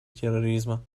терроризма